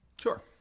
Sure